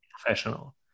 professional